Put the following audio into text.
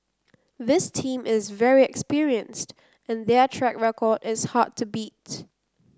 this team is very experienced and their track record is hard to beat